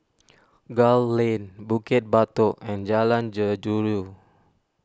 Gul Lane Bukit Batok and Jalan